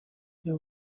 there